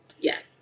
Yes